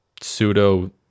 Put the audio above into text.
pseudo